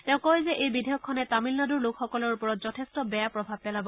তেওঁ কয় যে এই বিধেয়কখনে তামিলনাডুৰ লোকসকলৰ ওপৰত যথেষ্ট প্ৰভাৱ পেলাব